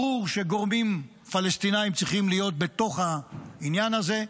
ברור שגורמים פלסטיניים צריכים להיות בתוך העניין הזה.